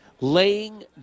laying